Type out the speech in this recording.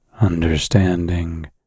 understanding